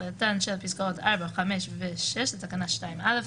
תחילתן של פסקאות 4,5 ו-6 בתקנה 2. א',